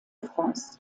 france